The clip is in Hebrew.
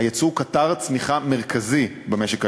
היצוא הוא קטר צמיחה מרכזי במשק הישראלי,